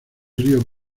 río